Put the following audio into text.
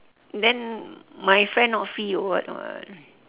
then my friend not free or what [what]